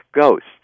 ghosts